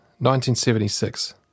1976